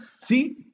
See